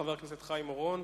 חבר הכנסת חיים אורון,